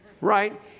right